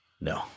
No